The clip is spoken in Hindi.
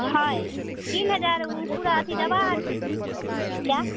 हाँ तीन हज़ार उ पूरा अथी दवा आर क्या